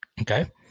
Okay